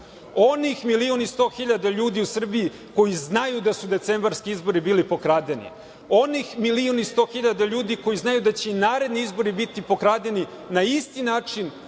onih milion i sto hiljada ljudi u Srbiji koji znaju da su decembarski izbori bili pokradeni, onih milion i sto hiljada ljudi koji znaju da će i naredni izbori biti pokradeni na isti način,